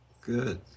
Good